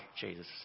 Jesus